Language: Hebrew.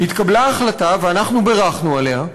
התקבלה החלטה, ואנחנו בירכנו עליה,